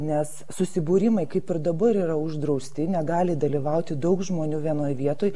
nes susibūrimai kaip ir dabar yra uždrausti negali dalyvauti daug žmonių vienoj vietoj